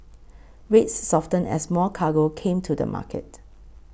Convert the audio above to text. rates softened as more cargo came to the market